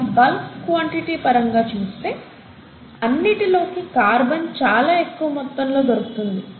కానీ bulk quantity పరంగా చూస్తే అన్నిటిలోకి కార్బన్ చాలా ఎక్కువ మొత్తంలో దొరుకుతుంది